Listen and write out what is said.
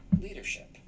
leadership